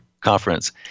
conference